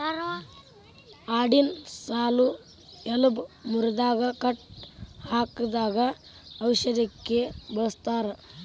ಆಡಿನ ಹಾಲು ಎಲಬ ಮುರದಾಗ ಕಟ್ಟ ಹಾಕಿದಾಗ ಔಷದಕ್ಕ ಬಳಸ್ತಾರ